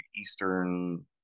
Eastern